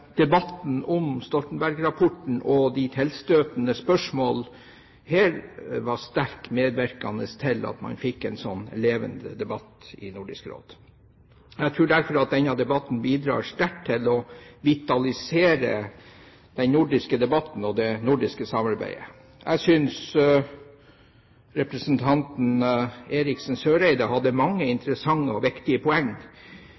debatten om Stoltenberg-rapporten og de tilstøtende spørsmål her var sterkt medvirkende til at man fikk en slik levende debatt i Nordisk Råd. Jeg tror derfor at denne debatten bidrar sterkt til å vitalisere den nordiske debatten og det nordiske samarbeidet. Jeg synes representanten Eriksen Søreide hadde mange